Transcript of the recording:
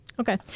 Okay